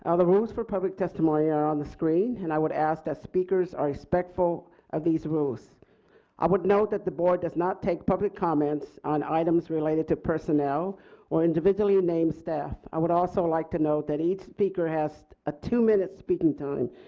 ah the rules for public testimony are on the screen and i would ask that speakers are respectful of these rules i would note that the board does not take public comments on items related to personnel or individually named staff would also like to note that each speaker has a two-minute speaking time.